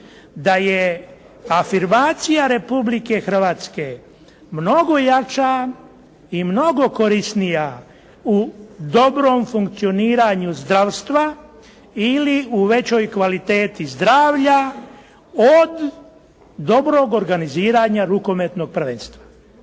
da je afirmacija Republike Hrvatske mnogo jača i mnogo korisnija u dobrom funkcioniranju zdravstva ili u većoj kvaliteti zdravlja od dobrog organiziranja rukometnog prvenstva.